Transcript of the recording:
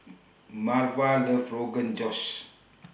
Marva loves Rogan Josh